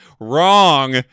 Wrong